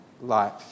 life